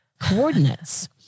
coordinates